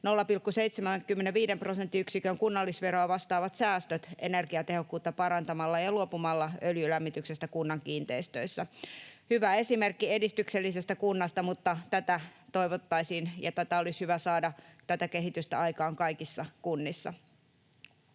0,75 prosenttiyksikön kunnallisveroa vastaavat säästöt energiatehokkuutta parantamalla ja luopumalla öljylämlmityksestä kunnan kiinteistöissä. Hyvä esimerkki edistyksellisestä kunnasta, mutta tätä kehitystä toivottaisiin ja olisi hyvä saada aikaan kaikissa kunnissa.